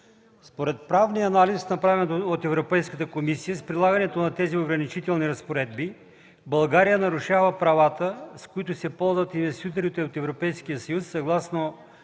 Според правния анализ, направен от Европейската комисия, с прилагането на тези ограничителни разпоредби България нарушава правата, с които се ползват инвеститорите от Европейския съюз съгласно